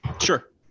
Sure